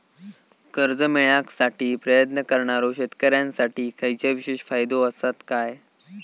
कर्जा मेळाकसाठी प्रयत्न करणारो शेतकऱ्यांसाठी खयच्या विशेष फायदो असात काय?